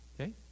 Okay